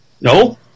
No